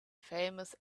famous